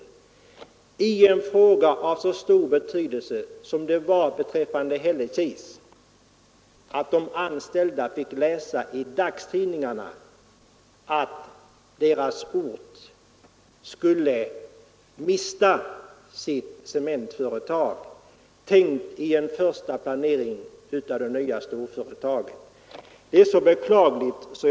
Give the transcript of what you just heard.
Det är beklagligt i en fråga av så stor betydelse när de anställda, såsom skedde i Hällekis, fick läsa i dagstidningarna att deras ort skulle mista sitt cementföretag, vilket var tänkt av det nya storföretaget i en första planering.